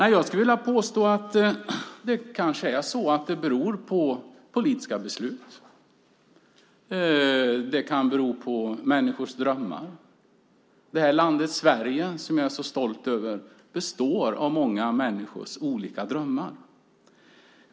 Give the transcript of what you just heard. Jag vill påstå att det kanske beror på politiska beslut. Det kan bero på människors drömmar. Landet Sverige som jag är så stolt över består av många människors olika drömmar.